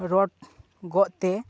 road ᱜᱚᱜᱛᱮ